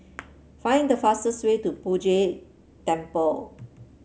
find the fastest way to Poh Jay Temple